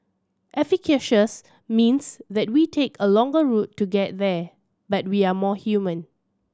efficacious means that we take a longer route to get there but we are more human